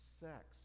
sex